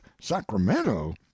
Sacramento